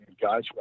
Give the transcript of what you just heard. guys